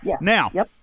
Now